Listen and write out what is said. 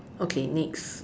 okay next